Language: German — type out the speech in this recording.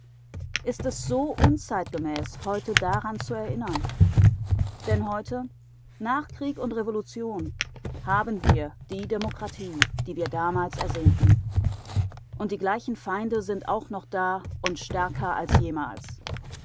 ist es so unzeitgemäß heute daran zu erinnern denn heute nach krieg und revolution haben wir die demokratie die wir damals ersehnten und die gleichen feinde sind auch noch da und stärker als jemals